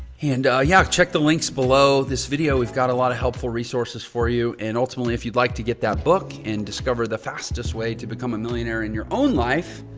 and yeah, check the links below this video. we've got a lot of helpful resources for you and ultimately, if you'd like to get that book and discover the fastest way to become a millionaire in your own life,